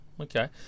okay